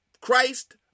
Christ